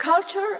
Culture